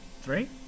Three